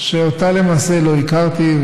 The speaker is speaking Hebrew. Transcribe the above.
שאותה למעשה לא הכרתי,